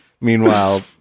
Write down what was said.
Meanwhile